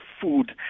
food